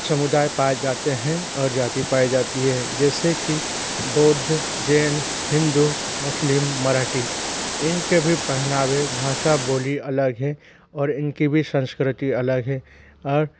समुदाय पाए जाते हैं और जाति पाई जाती है जैसे कि बौद्ध जैन हिंदू मुस्लिम मराठी इनके भी पहनावे भाषा बोली अलग है और इनकी भी संस्कृति अलग है और